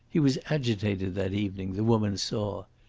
he was agitated that evening, the woman saw.